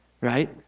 Right